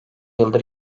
yıldır